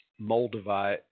moldavite